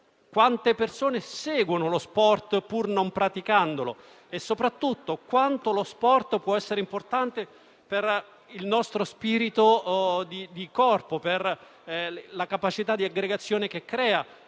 amatoriale o seguono lo sport pur non praticandolo e soprattutto quanto lo sport può essere importante per il nostro spirito di corpo, per la capacità di aggregazione che crea